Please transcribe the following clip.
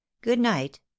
good-night